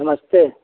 नमस्ते